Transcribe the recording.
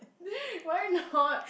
why not